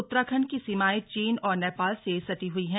उत्तराखंड की सीमाएं चीन और नेपाल से सटी हुई हैं